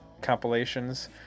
compilations